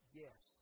yes